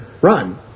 run